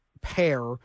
pair